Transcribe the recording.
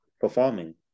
performing